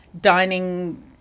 dining